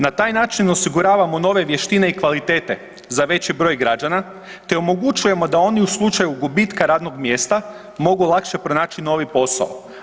Na taj način osiguravamo nove vještine i kvalitete za veći broj građana te omogućujemo da oni u slučaju gubitka radnog mjesta mogu lakše pronaći novi posao.